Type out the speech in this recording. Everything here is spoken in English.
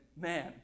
man